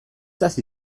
hasi